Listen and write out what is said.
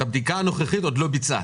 את הבדיקה הנוכחית עוד לא ביצעת.